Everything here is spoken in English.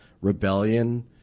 rebellion